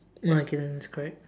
oh okay then is correct